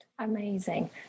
Amazing